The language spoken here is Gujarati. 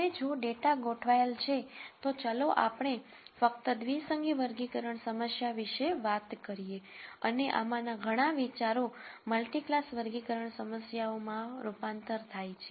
હવે જો ડેટા ગોઠવાયેલ છે તો ચાલો આપણે ફક્ત દ્વિસંગી વર્ગીકરણ સમસ્યા વિશે વાત કરીએ અને આમાંના ઘણા વિચારો મલ્ટિ ક્લાસ વર્ગીકરણ સમસ્યાઓ માં રૂપાંતર થાય છે